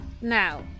Now